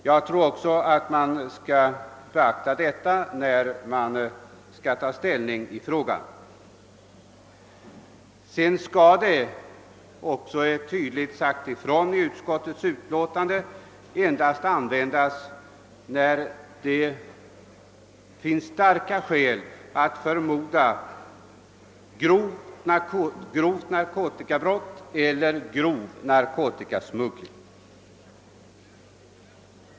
Jag tror att man skall beakta detta när man diskuterar frågan. Sedan skall det också — vilket tydligt påpekats i utskottsutlåtandet — endast tillämpas när det finns starka skäl att misstänka grovt narkotikamissbruk eller grov narkotikasmuggling.